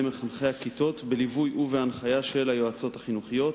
מחנכי הכיתות בליווי ובהנחיה של היועצות החינוכיות.